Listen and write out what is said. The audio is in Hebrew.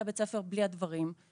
לבית הספר בלי הדברים שהיא צריכה להביא.